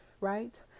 right